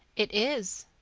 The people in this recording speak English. it is,